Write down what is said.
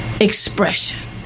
expression